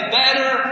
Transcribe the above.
better